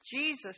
Jesus